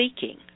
seeking